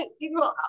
people